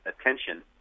attention